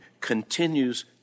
continues